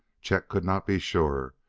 chet could not be sure,